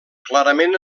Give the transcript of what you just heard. clarament